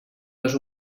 les